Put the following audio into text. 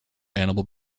animal